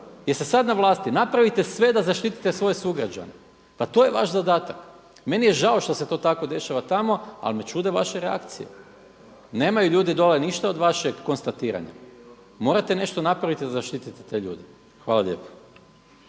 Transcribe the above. Jeste sada na vlasti, napravite sve da zaštitite svoje sugrađane, pa to je vaš zadatak. Meni je žao što se to tako dešava tamo, ali me čude vaše reakcije. Nemaju ljudi dolje ništa od vašeg konstatiranja. Morate nešto napraviti i zaštititi te ljude. Hvala lijepo.